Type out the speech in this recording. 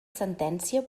sentència